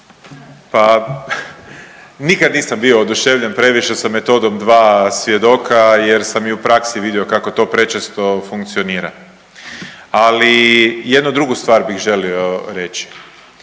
Pa nikad nisam bio oduševljen previše sa metodom dva svjedoka, jer sam i u praksi vidio kako to prečesto funkcionira. Ali jednu drugu stvar bih želio reći,